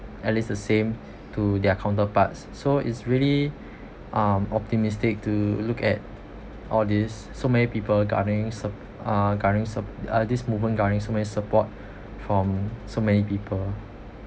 at least the same to their counterparts so is really um optimistic to look at all this so many people gotting uh this movement gotting support from so many people